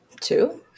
Two